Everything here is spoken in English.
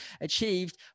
achieved